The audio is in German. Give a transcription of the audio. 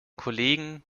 kollegen